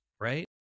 right